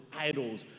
idols